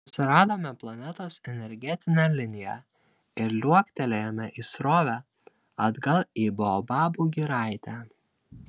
susiradome planetos energetinę liniją ir liuoktelėjome į srovę atgal į baobabų giraitę